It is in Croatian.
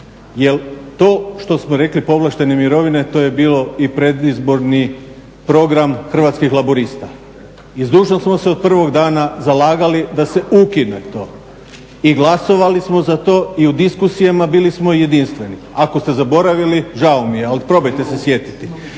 Jer to što smo rekli povlaštene mirovine, to je bilo i predizborni program Hrvatskih laburista. I zdušno smo se od prvog dana zalagali da se ukine to i glasovali smo za to i u diskusijama bili smo jedinstveni. Ako ste zaboravili žao mi je ali probajte se sjetiti.